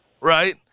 right